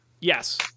Yes